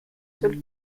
seul